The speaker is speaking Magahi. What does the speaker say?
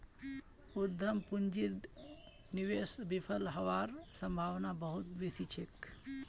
उद्यम पूंजीर निवेश विफल हबार सम्भावना बहुत बेसी छोक